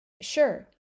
Sure